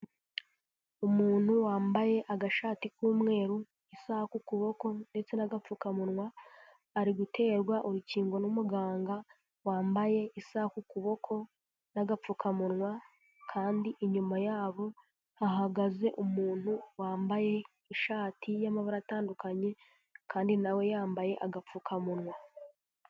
Umuntu wambaye agashati k'umweru isaha kukuboko ndetse n'agapfukamunwa ari guterwa urukingo n'umuganga wambaye isaha ku kuboko n'agapfukamunwa kandi inyuma yabo ahagaze umuntu wambaye ishati y'amabara atandukanye kandi nawe yambaye agapfukamunwa.